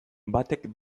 batek